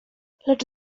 lecz